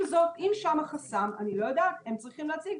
אם שם נמצא החסם אני לא יודעת, הם צריכים להציג.